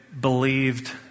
believed